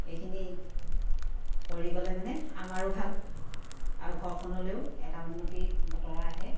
এইখিনি কৰি গ'লে মানে আমাৰো ভাল আৰু ঘৰখনলেও এটা উন্নতি বতৰা আহে